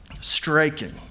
Striking